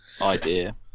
idea